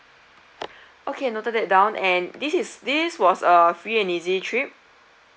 okay noted that down and this is this was a free and easy trip